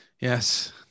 Yes